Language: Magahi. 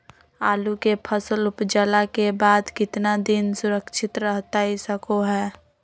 आलू के फसल उपजला के बाद कितना दिन सुरक्षित रहतई सको हय?